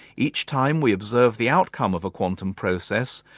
each time we observe the outcome of a quantum process,